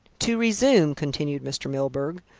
to resume, continued mr. milburgh,